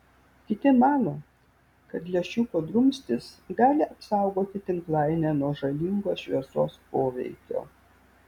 kiti mano kad lęšiuko drumstys gali apsaugoti tinklainę nuo žalingo šviesos poveikio